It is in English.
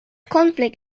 conflict